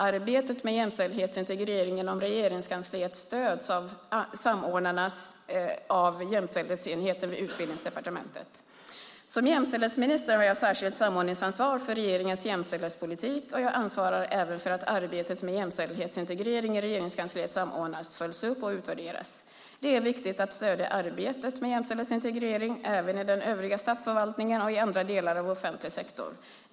Arbetet med jämställdhetsintegrering inom Regeringskansliet stöds och samordnas av jämställdhetsenheten vid Utbildningsdepartementet. Som jämställdhetsminister har jag ett särskilt samordningsansvar för regeringens jämställdhetspolitik, och jag ansvarar även för att arbetet med jämställdhetsintegrering i Regeringskansliet samordnas, följs upp och utvärderas. Det är viktigt att stödja arbetet med jämställdhetsintegrering även i den övriga statsförvaltningen och i andra delar av offentlig sektor.